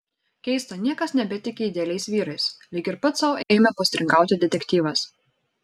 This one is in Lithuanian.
keista niekas nebetiki idealiais vyrais lyg ir pats sau ėmė postringauti detektyvas